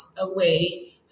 away